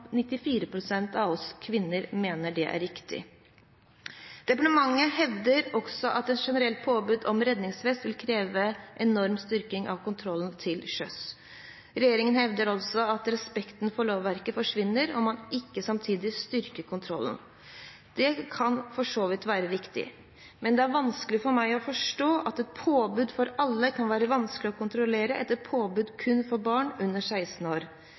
pst. av oss kvinner mener det er riktig. Departementet hevder også at et generelt påbud om redningsvest vil kreve en enorm styrking av kontrollen til sjøs. Regjeringen hevder altså at respekten for lovverket forsvinner om man ikke samtidig styrker kontrollen. Det kan for så vidt være riktig. Men det er vanskelig for meg å forstå at et påbud for alle kan være vanskeligere å kontrollere enn et påbud kun for barn under 16 år.